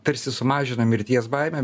tarsi sumažina mirties baimę